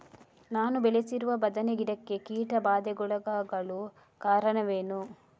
ನಾನು ಬೆಳೆಸಿರುವ ಬದನೆ ಗಿಡಕ್ಕೆ ಕೀಟಬಾಧೆಗೊಳಗಾಗಲು ಕಾರಣವೇನು?